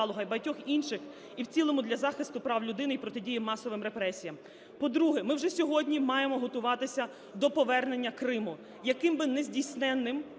і в цілому для захисту прав людини і протидії масовим репресіям. По-друге, ми вже сьогодні маємо готуватися до повернення Криму, яким би нездійсненним